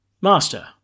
Master